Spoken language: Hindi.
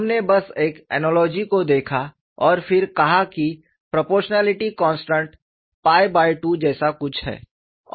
हमने बस एक ऐनोलॉजी को देखा और फिर कहा कि प्रोपोरशनयालिटी कांस्टेंट 2 जैसा कुछ है